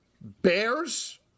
Bears